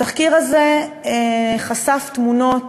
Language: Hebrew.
התחקיר הזה חשף תמונות